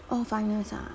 oh finals ah